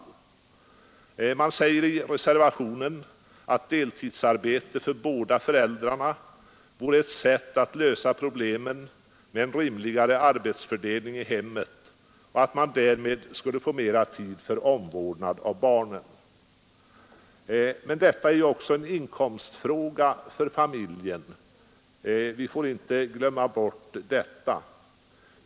I Idrarna vore ett sätt att reservationen sägs att deltidsarbete för båda f lösa problemet med en rimligare arbetsfördelning i hemmet och att man därmed skulle få mera tid för omvårdnad av barnen. Men detta är också en inkomstfråga för familjen; vi får inte glömma bort det.